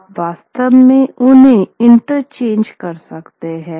आप वास्तव में उन्हें इंटरचेंज कर सकते थे